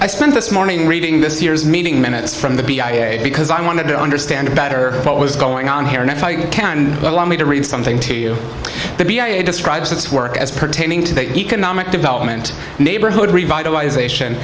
i spent this morning reading this year's meeting minutes from the b i a because i wanted to understand better what was going on here and if i can allow me to read something to you that describes its work as pertaining to the economic development neighborhood revitalize ation